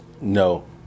No